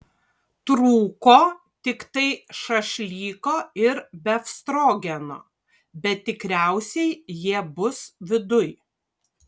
trūko tiktai šašlyko ir befstrogeno bet tikriausiai jie bus viduj